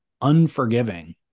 unforgiving